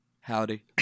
Howdy